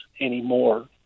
anymore